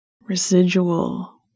residual